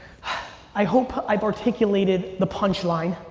i hope i've articulated the punchline.